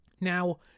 Now